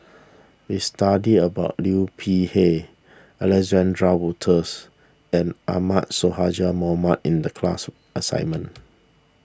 we studied about Liu Peihe Alexander Wolters and Ahmad Sonhadji Mohamad in the class assignment